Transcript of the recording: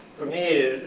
for me,